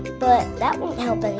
but that won't help but